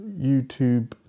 YouTube